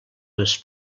les